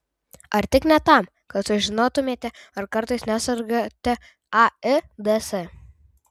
ar tik ne tam kad sužinotumėte ar kartais nesergate aids